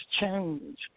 change